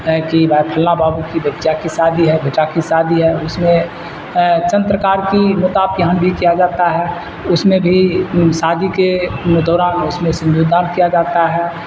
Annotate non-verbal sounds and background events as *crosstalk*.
کی بات فلاں بابو کی بچہ کی شادی ہے بیٹا کی شادی ہے اس میں چند پرکار کی *unintelligible* بھی کیا جاتا ہے اس میں بھی شادی کے دوران اس میں سندودان کیا جاتا ہے